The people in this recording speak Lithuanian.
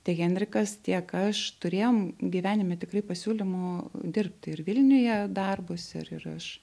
tiek henrikas tiek aš turėjom gyvenime tikrai pasiūlymų dirbti ir vilniuje darbus ir ir aš